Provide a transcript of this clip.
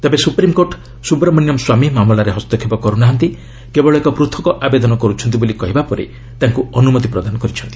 ତେବେ ସୁପ୍ରିମ୍କୋର୍ଟ ସୁବ୍ରମଣ୍ୟମ୍ ସ୍ୱାମୀ ମାମଲାରେ ହସ୍ତକ୍ଷେପ କରୁ ନାହାନ୍ତି କେବଳ ଏକ ପୃଥକ୍ ଆବେଦନ କରୁଛନ୍ତି ବୋଲି କହିବା ପରେ ତାଙ୍କୁ ଅନ୍ତମତି ପ୍ରଦାନ କରିଛନ୍ତି